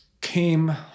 came